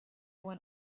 when